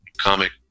comic